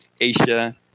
Asia